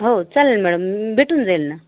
हो चालेल मॅडम भेटून जाईल ना